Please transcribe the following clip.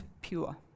pure